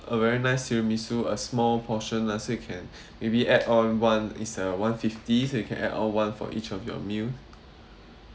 a very nice tiramisu a small portion lah so you can maybe add on one is uh one fifty so you can add on one for each of your meal